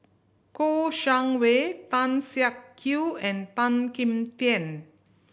Kouo Shang Wei Tan Siak Kew and Tan Kim Tian